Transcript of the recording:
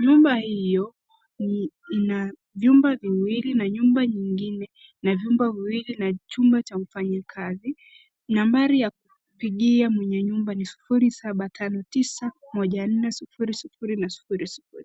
Nyumba hio ni, ina vyumba viwili na nyumba nyingine na vyumba viwili na chumba cha mfanyikazi. Nambari ya kupigia mwenye nyumba ni 07591400 na 0 .